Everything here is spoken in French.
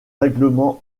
règlement